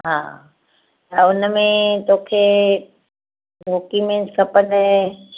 हा त हुन में तोखे डोक्युमेंट्स खपनिई